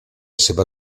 seva